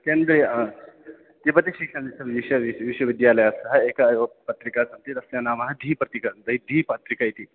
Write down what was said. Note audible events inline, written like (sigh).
केन्द्रीय तिरुपति (unintelligible) विश्व विश्वविद्यालयस्य एका एव पत्रिका सन्ति तस्य नाम धीपत्रिका धीपत्रिका इति